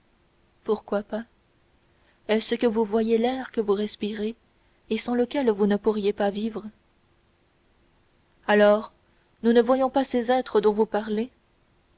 pourquoi pas est-ce que vous voyez l'air que vous respirez et sans lequel vous ne pourriez pas vivre alors nous ne voyons pas ces êtres dont vous parlez